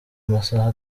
amasaha